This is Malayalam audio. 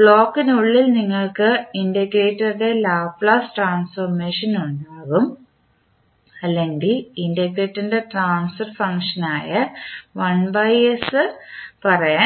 ബ്ലോക്കിനുള്ളിൽ നിങ്ങൾക്ക് ഇന്റഗ്രേറ്ററുടെ ലാപ്ലേസ് ട്രാൻസ്ഫോർമേഷൻ ഉണ്ടാകും അല്ലെങ്കിൽ ഇന്റഗ്രേറ്ററിൻറെ ട്രാൻസ്ഫർ ഫംഗ്ഷൻ ആയ പറയാൻ കഴിയും